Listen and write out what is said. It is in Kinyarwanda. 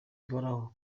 ihoraho